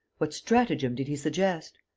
what stratagem did he suggest?